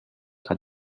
are